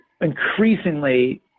increasingly